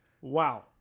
Wow